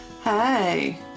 Hey